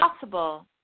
possible